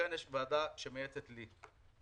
לכן יש ועדה שמייעצת לי,